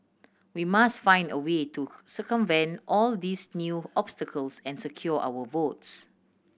we must find a way to circumvent all these new obstacles and secure our votes